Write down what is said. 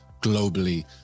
globally